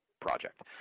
project